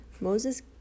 Moses